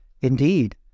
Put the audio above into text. indeed